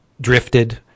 drifted